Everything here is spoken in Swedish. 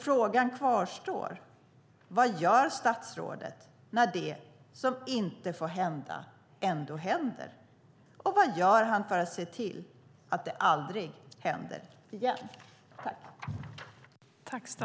Frågan kvarstår: Vad gör statsrådet när det som inte får hända ändå händer, och vad gör han för att se till att det aldrig händer igen?